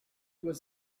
was